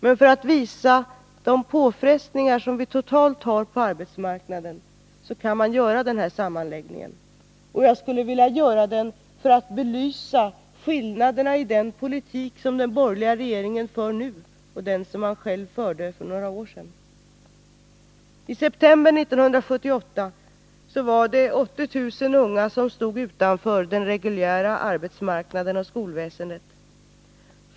Men för att visa de påfrestningar som vi totalt har på arbetsmarknaden kan man naturligtvis göra den här sammanläggningen. Och jag skulle vilja göra den för att belysa skillnaderna i den politik som den borgerliga regeringen för nu och den som man själv förde för några år sedan. I september 1978 var det 80 000 unga som stod utanför den reguljära arbetsmarknaden och skolväsendet.